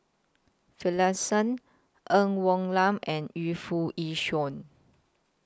Finlayson Ng Woon Lam and Yu Foo Yee Shoon